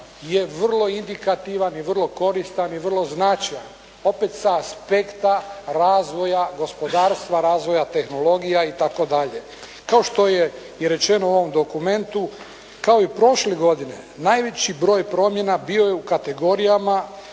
je vrlo indikativan i vrlo koristan i vrlo značajan, opet sa aspekta razvoja gospodarstva, razvoja tehnologija itd. Kao što je i rečeno u ovom dokumentu, kao i prošle godine najveći broj promjena bio je u kategorijama